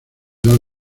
dos